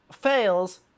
fails